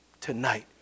tonight